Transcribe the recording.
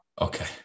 okay